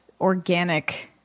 organic